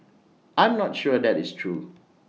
I'm not sure that is true